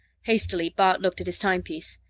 hastily, bart looked at his timepiece.